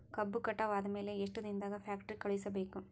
ಕಬ್ಬು ಕಟಾವ ಆದ ಮ್ಯಾಲೆ ಎಷ್ಟು ದಿನದಾಗ ಫ್ಯಾಕ್ಟರಿ ಕಳುಹಿಸಬೇಕು?